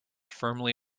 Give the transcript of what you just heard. firmly